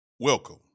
Welcome